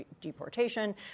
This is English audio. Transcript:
deportation